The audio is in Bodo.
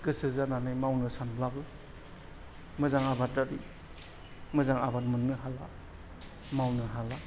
गोसो जानानै मावनो सानब्लाबो मोजां आबादारि मोजां आबाद मोननो हाला मावनो हाला